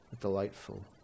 delightful